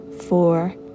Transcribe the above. four